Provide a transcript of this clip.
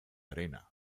arena